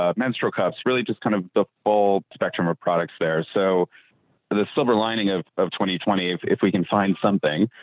ah menstrual cups, really just kind of the full spectrum of products there. so the the silver lining of, of twenty, twenty eight, if we can find something,